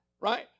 Right